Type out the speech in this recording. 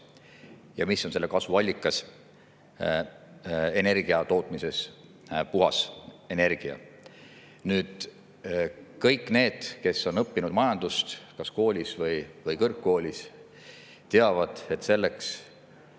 Ja mis on selle kasvu allikas? Energiatootmises puhas energia. Kõik need, kes on õppinud majandust kas koolis või kõrgkoolis, teavad, et selleks,